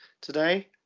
Today